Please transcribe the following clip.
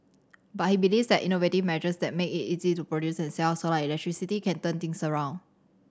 but he believes that innovative measures that make it easy to produce and sell solar electricity can turn things around